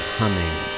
humming